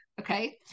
Okay